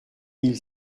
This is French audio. mille